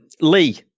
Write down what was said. lee